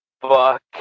Fuck